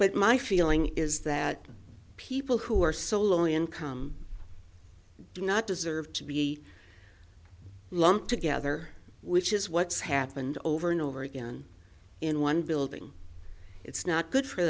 but my feeling is that people who are so low income do not deserve to be lumped together which is what's happened over and over again in one building it's not good for